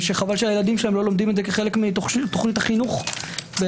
ושחבל שהילדים שלהם לא לומדים את זה כחלק מתוכנית החינוך בתיכון.